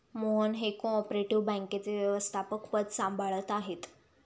मोहन हे cooperative बँकेचे व्यवस्थापकपद सांभाळत आहेत